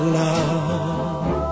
love